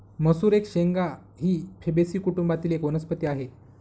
मसूर एक शेंगा ही फेबेसी कुटुंबातील एक वनस्पती आहे